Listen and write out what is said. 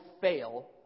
fail